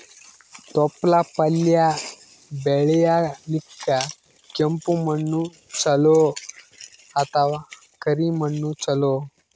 ತೊಪ್ಲಪಲ್ಯ ಬೆಳೆಯಲಿಕ ಕೆಂಪು ಮಣ್ಣು ಚಲೋ ಅಥವ ಕರಿ ಮಣ್ಣು ಚಲೋ?